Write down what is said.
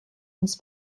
uns